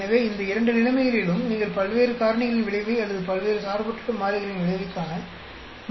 எனவே இந்த இரண்டு நிலைமைகளிலும் நீங்கள் பல்வேறு காரணிகளின் விளைவை அல்லது பல்வேறு சார்பற்ற மாறிகளின் விளைவைக் காண முடியாது